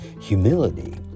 humility